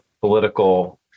political